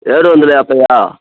ఏడు వందల యాభైయా